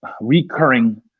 recurring